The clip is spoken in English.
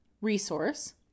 resource